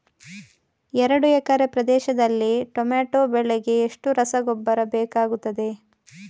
ಎರಡು ಎಕರೆ ಪ್ರದೇಶದಲ್ಲಿ ಟೊಮ್ಯಾಟೊ ಬೆಳೆಗೆ ಎಷ್ಟು ರಸಗೊಬ್ಬರ ಬೇಕಾಗುತ್ತದೆ?